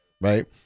right